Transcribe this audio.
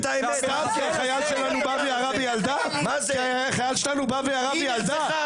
חייל שלנו בא וירה בילדה?